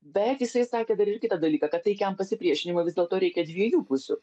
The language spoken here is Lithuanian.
bet jisai sakė dar ir kitą dalyką kad taikiam pasipriešinimui vis dėl to reikia dviejų pusių